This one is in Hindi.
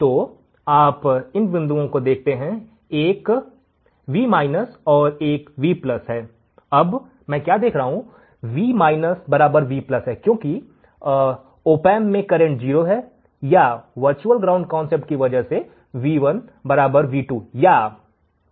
तो आप इन बिंदुओं को देखते हैं एक V और एक V है अब मैं क्या देख सकता हूँ V V हैक्यों क्योंकि opamp में करेंट 0 है या वर्चुअल ग्राउंड कॉन्सेप्ट की वजह से V1 V2 या V V है